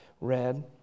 read